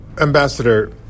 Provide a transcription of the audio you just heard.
Ambassador